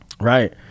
Right